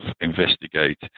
investigate